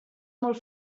molt